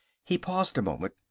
he paused a moment.